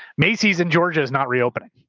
macy's in georgia is not reopening. yeah,